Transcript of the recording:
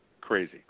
Crazy